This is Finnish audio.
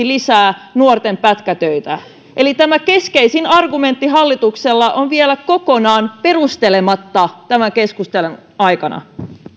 lisää nuorten pätkätöitä eli tämä keskeisin argumentti hallituksella on vielä kokonaan perustelematta tämän keskustelun aikana